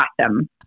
awesome